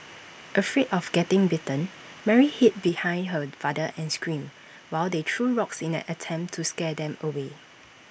afraid of getting bitten Mary hid behind her father and screamed while the threw rocks in an attempt to scare them away